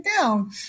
down